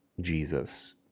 Jesus